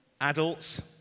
adults